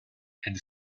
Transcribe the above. and